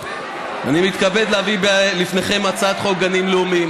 אני מתכבד להביא בפניכם את הצעת חוק גנים לאומיים,